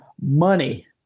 Money